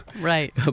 Right